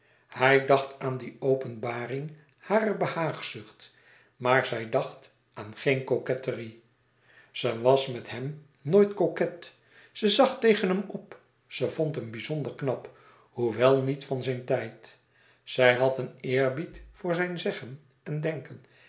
hij dacht aan die openbaring harer behaagzucht maar zij dacht aan geen coquetterie ze was met hem nooit coquet ze zag tegen hem op ze vond hem bizonder en knap hoewel niet van zijn tijd zij had een eerbied voor zijn zeggen en denken